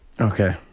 Okay